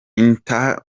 inter